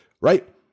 right